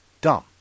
dumb